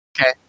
Okay